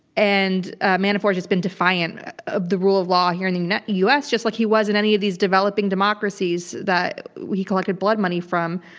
and manafort has been defiant of the rule of law here in the us. just like he was in any of these developing democracies that he collected blood money from.